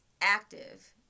active